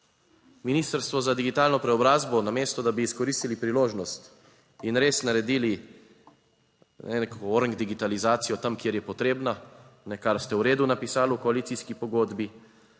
Ministrstvo za digitalno preobrazbo namesto da bi izkoristili priložnost in res naredili neko orng digitalizacijo tam kjer je potrebna, kar ste v redu napisali v koalicijski pogodbi